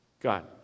God